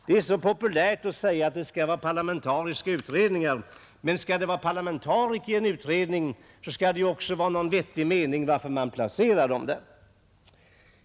Det är så populärt att säga att det skall vara parlamentariska utredningar, men skall det vara parlamentariker i en utredning skall det också vara någon vettig mening med att de placeras där.